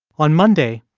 on monday,